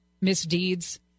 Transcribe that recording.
misdeeds